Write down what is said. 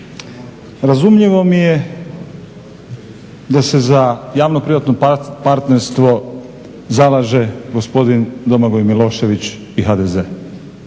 Razumljivo mi je da se za javno-privatno partnerstvo zalaže gospodin Domagoj Milošević i HDZ,